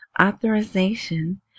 authorization